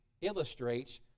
illustrates